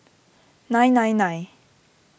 nine nine nine